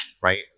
right